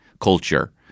culture